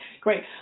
great